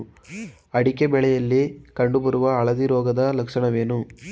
ಅಡಿಕೆ ಬೆಳೆಯಲ್ಲಿ ಕಂಡು ಬರುವ ಹಳದಿ ರೋಗದ ಲಕ್ಷಣಗಳೇನು?